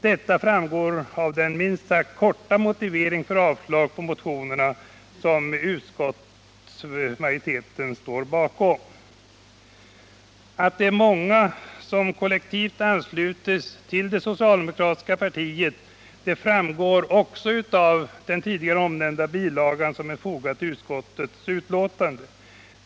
Detta framgår av den minst sagt korta motivering för avstyrkande av motionerna som majoriteten står bakom. Att det är många som kollektivt ansluts till det socialdemokratiska partiet framgår också av den tidigare nämnda bilagan som finns fogad vid utskottsbetänkandet.